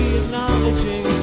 acknowledging